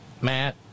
Matt